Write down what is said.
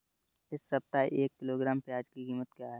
इस सप्ताह एक किलोग्राम प्याज की कीमत क्या है?